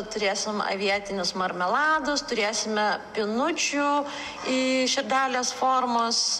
turėsim avietinius marmeladus turėsime pinučių i širdelės formos